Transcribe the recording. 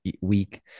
week